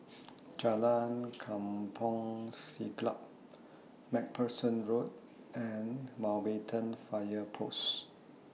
Jalan Kampong Siglap MacPherson Road and Mountbatten Fire Post